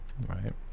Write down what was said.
right